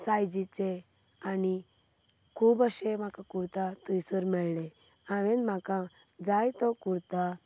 सायजीचे आनी खूब अशे कुर्ता म्हाका थंयसर मेळ्ळे हांवें म्हाका जाय तो कुर्ता